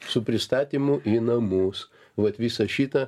su pristatymu į namus vat visą šitą